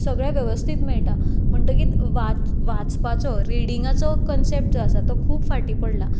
सगलें वेवस्तीत मेळटा म्हणटगीर वा वाचपाचो रिडिंगाचो कनसेप्ट जो आसा तो खूब फाटीं पडला